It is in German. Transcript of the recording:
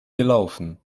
gelaufen